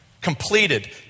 Completed